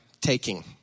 taking